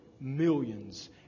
millions